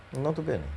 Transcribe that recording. not too bad eh